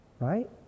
right